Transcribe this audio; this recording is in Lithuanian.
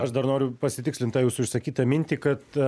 aš dar noriu pasitikslint tą jūsų išsakytą mintį kad